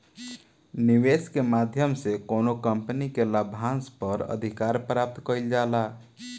निवेस के माध्यम से कौनो कंपनी के लाभांस पर अधिकार प्राप्त कईल जाला